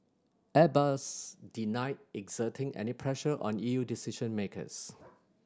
Airbus denied exerting any pressure on E U decision makers